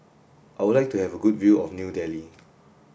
I would like to have a good view of New Delhi